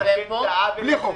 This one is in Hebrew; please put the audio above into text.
זה בלי חוק.